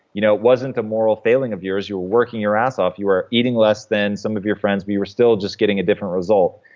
you know, it wasn't a moral failing of yours. you were working your ass off. you were eating less than some of your friends, but you were still just getting a different result.